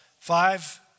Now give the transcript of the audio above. Five